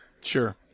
Sure